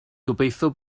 gobeithio